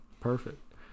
Perfect